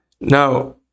Now